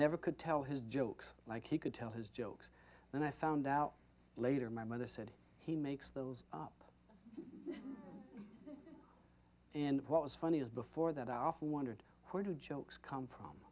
never could tell his jokes like he could tell his jokes and i found out later my mother said he makes those up and what was funny is before that i often wondered where do jokes come from